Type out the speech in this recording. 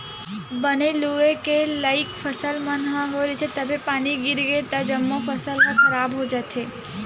बने लूए के लइक फसल मन ह होए रहिथे तभे पानी गिरगे त जम्मो फसल ह खराब हो जाथे